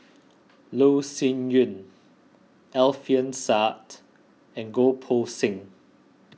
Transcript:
Loh Sin Yun Alfian Sa'At and Goh Poh Seng